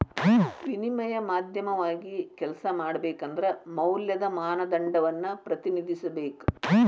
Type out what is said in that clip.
ವಿನಿಮಯ ಮಾಧ್ಯಮವಾಗಿ ಕೆಲ್ಸ ಮಾಡಬೇಕಂದ್ರ ಮೌಲ್ಯದ ಮಾನದಂಡವನ್ನ ಪ್ರತಿನಿಧಿಸಬೇಕ